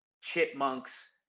chipmunks